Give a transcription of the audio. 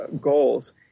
goals